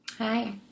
Hi